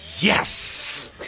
Yes